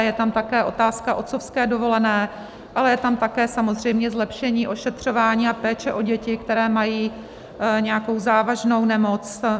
Je tam také otázka otcovské dovolené, ale je tam také samozřejmě zlepšení ošetřování a péče o děti, které mají nějakou závažnou nemoc.